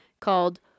called